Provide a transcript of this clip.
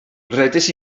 rhedais